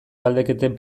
galdeketen